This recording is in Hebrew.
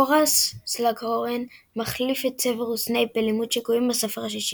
הוראס סלגהורן – מחליף את סוורוס סנייפ בלימוד שיקויים בספר השישי.